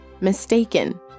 Mistaken